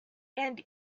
and